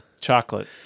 Chocolate